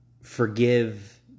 forgive